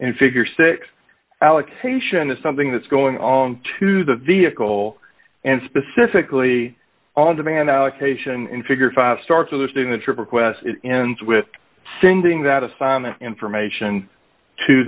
and figure six allocation is something that's going on to the vehicle and specifically on demand allocation in figure five start soliciting the trip requests it ends with sending that assignment information to